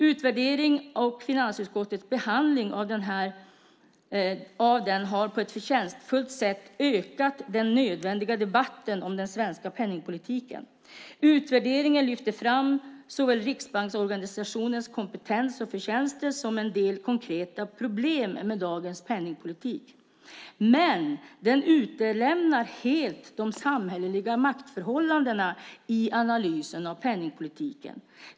Utvärderingen och finansutskottets behandling av den har på ett förtjänstfullt sätt ökat den nödvändiga debatten om den svenska penningpolitiken. Utvärderingen lyfter fram såväl riksbanksorganisationens kompetens och förtjänster som en del konkreta problem med dagens penningpolitik. Men den utelämnar helt de samhälleliga maktförhållandena i analysen av penningpolitiken.